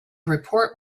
report